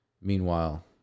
Meanwhile